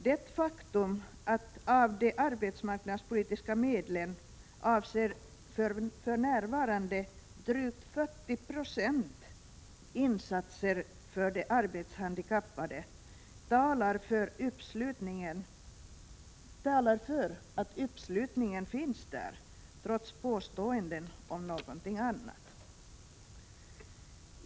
Det faktum att drygt 40 20 av de arbetsmarknadspolitiska medlen för närvarande avser insatser för de arbetshandikappade talar för att uppslutningen finns där trots påståenden om något annat.